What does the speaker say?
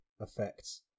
effects